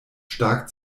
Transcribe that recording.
stark